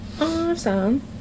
Awesome